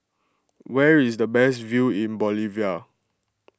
where is the best view in Bolivia